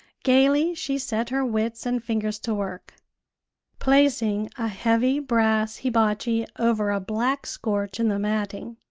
gaily she set her wits and fingers to work placing a heavy brass hibachi over a black scorch in the matting,